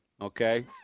okay